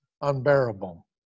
unbearable